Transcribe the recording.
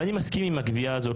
ואני מסכים עם הקביעה הזאת.